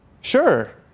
Sure